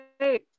okay